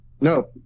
No